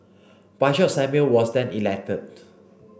Bishop Samuel was then elected